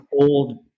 old